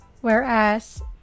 Whereas